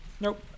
Nope